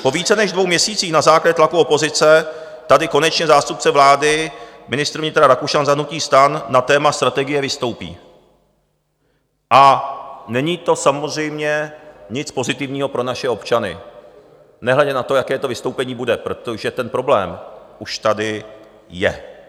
Po více než dvou měsících na základě tlaku opozice tady konečně zástupce vlády ministr vnitra Rakušan za hnutí STAN na téma strategie vystoupí a není to samozřejmě nic pozitivního pro naše občany, nehledě na to, jaké to vystoupení bude, protože ten problém už tady je.